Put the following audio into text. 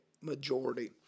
majority